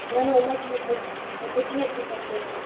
ನಾನು ಒಮ್ಮಕ್ ಒಬ್ಬಾಕಿ ಒಬ್ಬಾಕಿನೆ ಇರ್ಬೇಕು ಆಗ್ತದ ರೀ